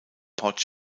port